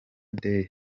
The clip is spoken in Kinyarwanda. day